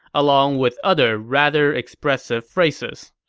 along with other rather expressive phrases.